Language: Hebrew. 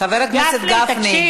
חבר הכנסת גפני,